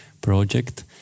project